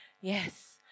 Yes